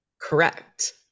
Correct